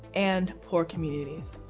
and poor communities.